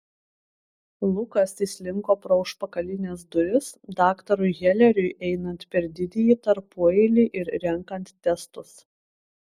lukas įslinko pro užpakalines duris daktarui heleriui einant per didįjį tarpueilį ir renkant testus